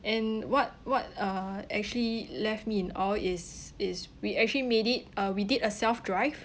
and what what uh actually left me in awe is is we actually made it uh we did a self drive